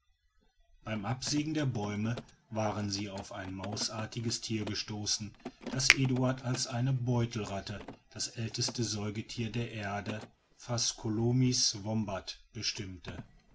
beim absägen der bäume waren sie auf ein mausartiges tier gestoßen das eduard als eine beutelratte das älteste säugetier der erde phascolomys wombat bestimmte